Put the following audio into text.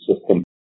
system